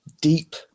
deep